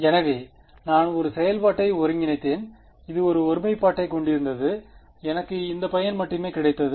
எனவே நான் ஒரு செயல்பாட்டை ஒருங்கிணைத்தேன் இது ஒரு ஒருமைப்பாட்டைக் கொண்டிருந்தது எனக்கு இந்த பையன் மட்டுமே கிடைத்தது